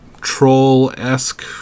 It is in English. troll-esque